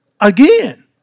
again